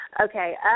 Okay